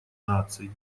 наций